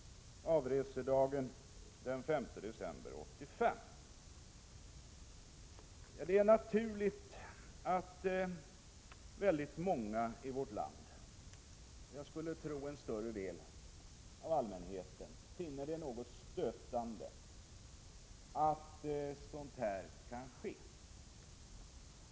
Avresedagen var den 5 december 1985. Det är naturligt att väldigt många i vårt land — jag skulle tro en större del av allmänheten — finner det något stötande att sådant här kan ske.